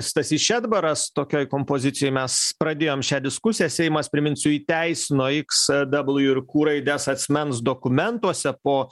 stasys šedbaras tokioj kompozicijoj mes pradėjom šią diskusiją seimas priminsiu įteisino iks dabalju ir ku raides asmens dokumentuose po